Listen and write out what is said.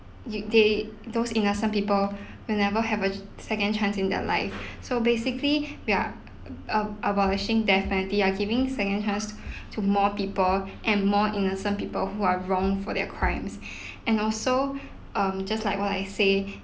if they those innocent people will never have a second chance in their life so basically we are a~ abolishing death penalty are giving second chance to more people and more innocent people who are wronged for their crimes and also um just like what I say